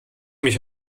mich